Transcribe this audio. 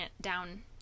down